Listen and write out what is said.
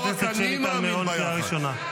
חברת הכנסת שלי טל מירון, קריאה ראשונה.